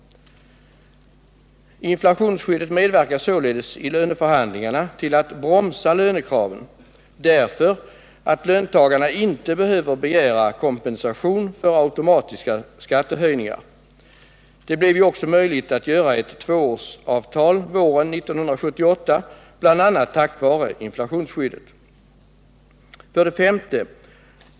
Inflationsskyddet medverkar således i löneförhandlingarna till att bromsa lönekraven, eftersom löntagarna inte behöver begära kompensation för automatiska skattehöjningar. Det blev ju också möjligt att göra ett tvåårsavtal våren 1978, bl.a. tack vare inflationsskyddet. 5.